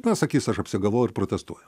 na sakys aš apsigalvojau ir protestuoju